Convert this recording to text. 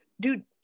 dude